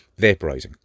Vaporizing